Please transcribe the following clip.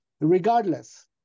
regardless